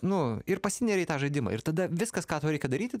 nu ir pasinėria į tą žaidimą ir tada viskas ką tau reikia daryti